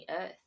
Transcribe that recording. earth